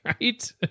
right